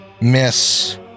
Miss